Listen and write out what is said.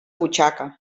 butxaca